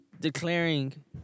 declaring